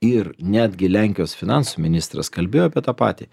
ir netgi lenkijos finansų ministras kalbėjo apie tą patį